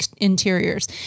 interiors